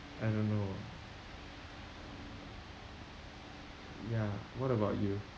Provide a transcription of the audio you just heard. I don't know ya what about you